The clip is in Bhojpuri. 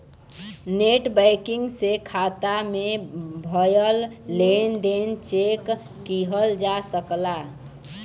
नेटबैंकिंग से खाता में भयल लेन देन चेक किहल जा सकला